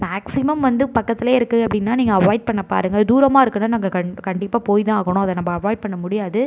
maximum வந்து பக்கத்தில் இருக்குது அப்படினா நீங்கள் அவாய்ட் பண்ண பாருங்க தூரமாக இருக்குனால் நாங்கள் கண் கண்டிப்பாக போய் தான் ஆகணும் அதை நம்ப அவாய்ட் பண்ண முடியாது